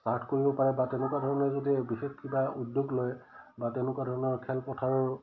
start কৰিব পাৰে বা তেনেকুৱা ধৰণে যদি বিশেষ কিবা উদ্যোগ লয় বা তেনেকুৱা ধৰণৰ খেলপথাৰৰ